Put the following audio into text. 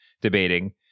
debating